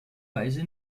weise